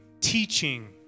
teaching